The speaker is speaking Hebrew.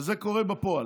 וזה קורה בפועל,